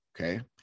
okay